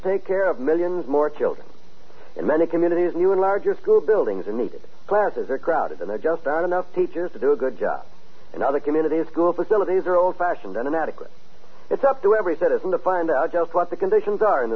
take care of millions more children in many communities new and larger school buildings are needed glasses are crowded and there just aren't enough teachers to do a good job in other communities school facilities are old fashioned and inadequate it's up to every citizen to find out just what the conditions are in the